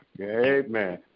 Amen